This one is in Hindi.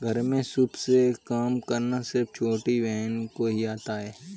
घर में सूप से काम करना सिर्फ छोटी बहन को ही आता है